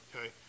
Okay